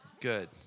Good